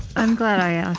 i'm glad i